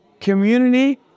community